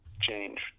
change